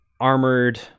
armored